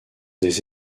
des